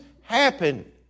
happen